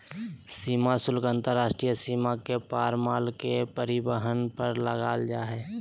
सीमा शुल्क अंतर्राष्ट्रीय सीमा के पार माल के परिवहन पर लगाल जा हइ